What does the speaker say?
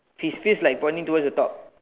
his fist like pointing towards the top